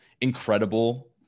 incredible